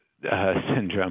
syndrome